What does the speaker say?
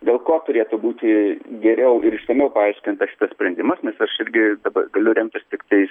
dėl ko turėtų būti geriau ir išsamiau paaiškintas šitas sprendimas nes aš irgi dabar galiu remtis tiktais